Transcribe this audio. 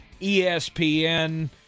espn